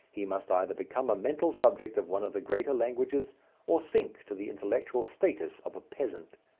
he must either become a mental subject of one of the greater languages or sink to the intellectual status of a peasant.